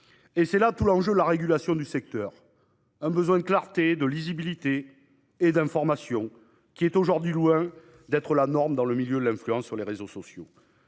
que réside tout l'enjeu de la régulation de ce secteur : un besoin de clarté, de lisibilité et d'information, toutes qualités qui sont loin d'être la norme dans le milieu de l'influence sur les réseaux sociaux.